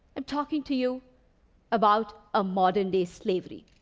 i'm talking to you about ah modern-day slavery.